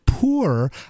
poor